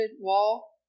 wall